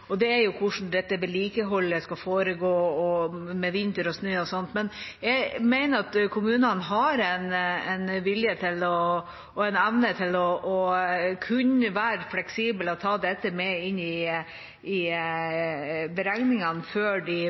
og det er bl.a. hvordan vedlikeholdet skal foregå med vinter og snø og sånt. Men jeg mener at kommunene har en vilje og en evne til å kunne være fleksible og ta dette med inn i beregningene før de